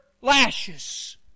lashes